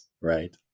Right